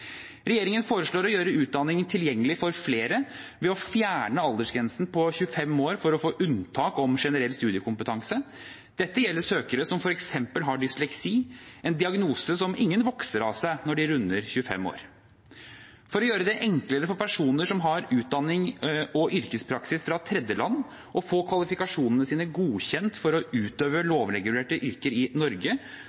Regjeringen foreslår å gjøre utdanningen tilgjengelig for flere ved å fjerne aldersgrensen på 25 år for å få unntak fra generell studiekompetanse. Dette gjelder søkere som har f.eks. dysleksi – en diagnose som ingen vokser av seg når de runder 25 år. For å gjøre det enklere for personer som har utdanning- og yrkespraksis fra tredjeland, å få kvalifikasjonene sine godkjent for å utøve